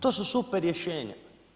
To su super rješenja.